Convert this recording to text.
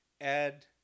add